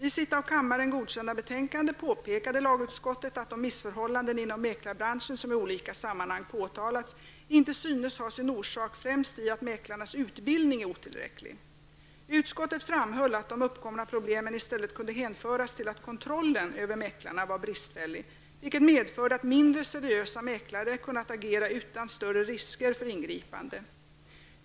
I sitt av kammaren godkända betänkande påpekade lagutskottet att de missförhållanden inom mäklarbranschen som i olika sammanhang påtalats inte synes ha sin orsak främst i att mäklarnas utbildning är otillräcklig. Utskottet framhöll att de uppkomna problemen i stället kunde hänföras till att kontrollen över mäklarna varit bristfällig, vilket medfört att mindre seriösa mäklare kunnat agera utan större risker för ingripanden.